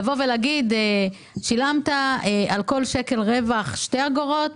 להגיד ששילמת על כל שקל רווח שתי אגורות,